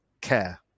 care